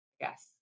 yes